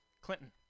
Clinton